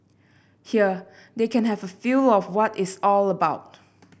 here they can have a feel of what it's all about